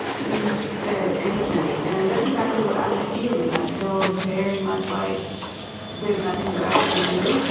you said impotence, and that's exactly what i'm feeling. i feel very much like there's nothing that i can do.